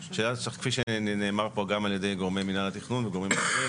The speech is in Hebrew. כפי שנאמר פה גם על ידי גורמי מינהל התכנון וגורמים אחרים.